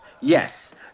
Yes